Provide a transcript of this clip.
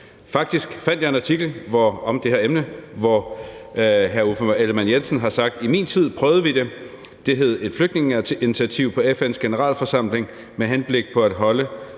Faktisk fandt jeg en artikel om det her emne, hvor Uffe Ellemann-Jensen har sagt: I min tid prøvede vi det. Det hed et flygtningeinitiativ på FN's Generalforsamling med henblik på at beholde